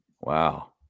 Wow